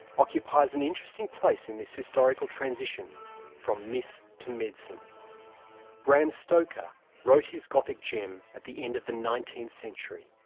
occupies an interesting place in this historical transition from myth to medicine. bram stoker wrote his gothic gem at the end of the nineteenth century.